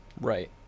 Right